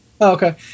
Okay